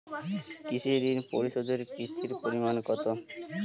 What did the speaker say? কৃষি ঋণ পরিশোধের কিস্তির পরিমাণ কতো?